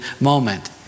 moment